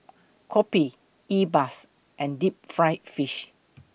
Kopi E Bua and Deep Fried Fish